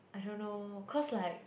I don't know cause like